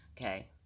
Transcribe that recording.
okay